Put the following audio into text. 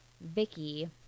Vicky